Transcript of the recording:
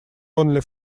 only